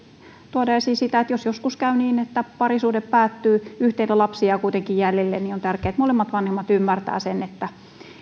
tuodaan esiin sitä että jos joskus käy niin että parisuhde päättyy ja yhteinen lapsi jää kuitenkin jäljelle niin on tärkeää että molemmat vanhemmat ymmärtävät sen että